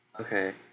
Okay